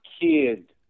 kid